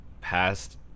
past